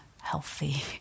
healthy